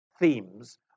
themes